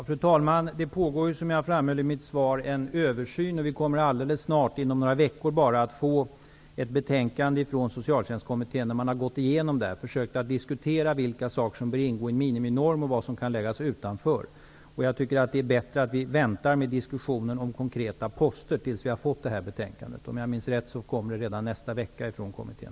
Fru talman! Det pågår, som jag framhöll i mitt svar, en översyn. Vi kommer alldeles snart, inom några veckor bara, att få ett betänkande från Socialtjänstkommittén, där man har gått igenom och försökt att diskutera vilka saker som bör ingå i en miniminorm och vad som kan läggas utanför. Jag tycker att det är bättre att vi väntar med diskussionen om konkreta poster tills vi har fått det här betänkandet. Om jag minns rätt kommer det redan nästa vecka från kommittén.